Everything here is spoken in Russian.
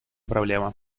проблема